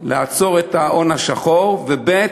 לעצור את ההון השחור, וב.